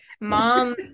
mom